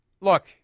look